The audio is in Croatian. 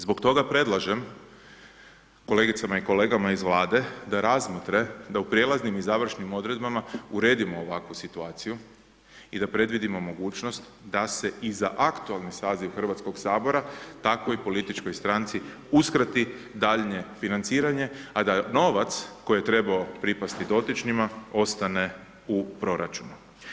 Zbog toga predlažem kolegice i kolege iz vlade, da razmotre, da u prijelaznim i završnim odredbama uredimo ovakvu situaciju i da predvidimo mogućnost da se i za aktualni saziv Hrvatskog sabora takvoj političkoj stranci, uskrati daljnje financiranje, a da novac, koji je trebao pripasti dotičnima, ostane u proračunu.